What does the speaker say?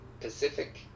Pacific